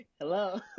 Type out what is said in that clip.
Hello